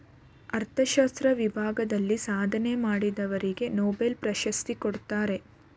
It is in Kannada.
ಅರ್ಥಶಾಸ್ತ್ರ ವಿಭಾಗದಲ್ಲಿ ಸಾಧನೆ ಮಾಡಿದವರಿಗೆ ನೊಬೆಲ್ ಪ್ರಶಸ್ತಿ ಕೊಡ್ತಾರೆ